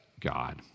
God